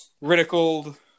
ridiculed